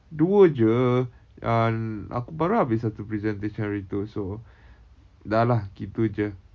dua jer uh aku baru habis satu presentation hari tu so dah lah gitu jer